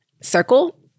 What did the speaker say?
circle